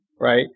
right